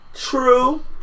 true